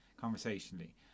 conversationally